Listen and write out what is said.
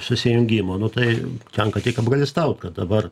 susijungimo nu tai tenka tik apgailestaut kad dabar